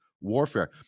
warfare